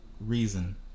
reason